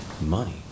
Money